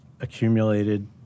accumulated